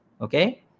okay